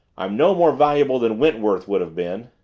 i'm no more valuable than wentworth would have been.